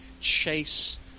chase